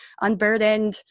unburdened